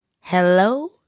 Hello